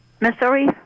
Missouri